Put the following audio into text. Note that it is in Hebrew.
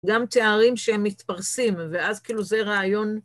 גם תארים שהם מתפרסים, ואז כאילו זה רעיון